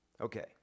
Okay